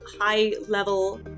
high-level